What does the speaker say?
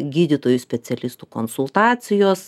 gydytojų specialistų konsultacijos